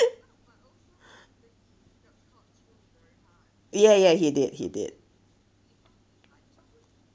ya ya he did he did